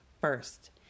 first